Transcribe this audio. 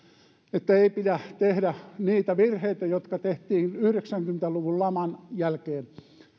ei pidä tehdä niitä virheitä jotka tehtiin yhdeksänkymmentä luvun laman jälkeen